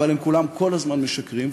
אבל הם כולם כל הזמן משקרים,